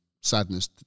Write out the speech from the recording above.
sadness